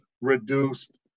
reduced